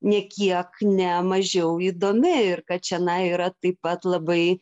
nė kiek ne mažiau įdomi ir kad čionai yra taip pat labai